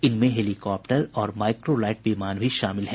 इनमें हेलीकॉप्टर और microlight विमान भी शामिल हैं